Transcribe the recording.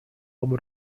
obu